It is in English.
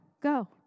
Go